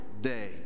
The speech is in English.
day